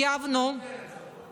אנחנו